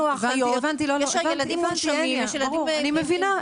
אחיות, יש לנו ילדים מונשמים --- אני מבינה.